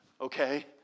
okay